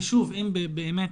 ואם אכן,